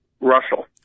Russell